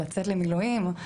לצאת למילואים,